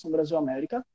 Brasil-América